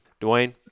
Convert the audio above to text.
Dwayne